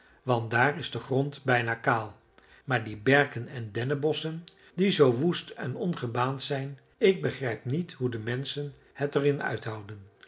want daar is de grond bijna kaal maar die berken en dennenbosschen die zoo woest en ongebaand zijn ik begrijp niet hoe de menschen het er in uithouden